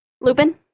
Lupin